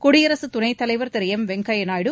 குடியரசு துணைத் தலைவர் திரு எம் வெங்கய்யா நாயுடு